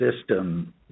system